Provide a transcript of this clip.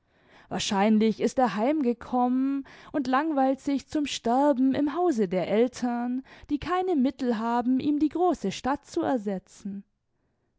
wahrscheinlich ist er heim gekommen und langeweilt sich zum sterben im hause der eltern die keine mittel haben ihm die große stadt zu ersetzen